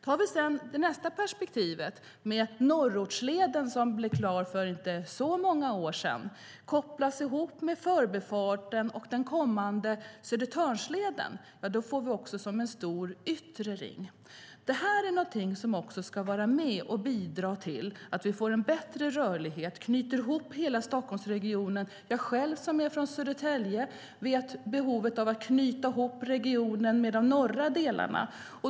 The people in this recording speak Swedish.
Vi kan sedan ta nästa perspektiv med Norrortsleden, som blev klar för inte så många år sedan. Den kopplas ihop med förbifarten och den kommande Södertörnsleden. Då blir det som en stor yttre ring. Det här är någonting som ska vara med och bidra till att vi får en bättre rörlighet och knyter ihop hela Stockholmsregionen. Jag själv, som är från Södertälje, vet behovet av att knyta ihop regionen med de norra delarna.